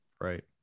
right